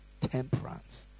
Temperance